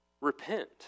Repent